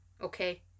Okay